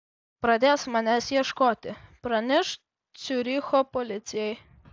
pradės manęs ieškoti praneš ciuricho policijai